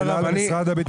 השאלה למשרד הביטחון.